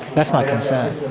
that's my concern.